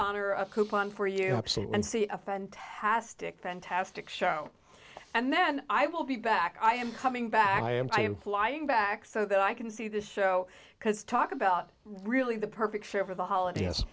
honor a coupon for you and see a fantastic fantastic show and then i will be back i am coming back i am flying back so that i can see this show because talk about really the perfect fare for the holiday